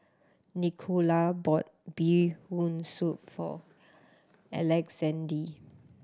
Nicola bought Bee Hoon Soup for Alexande